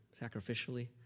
sacrificially